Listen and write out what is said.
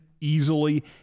easily